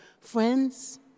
Friends